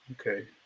Okay